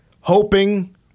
hoping